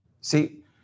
See